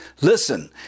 listen